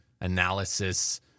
analysis